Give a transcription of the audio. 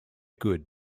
good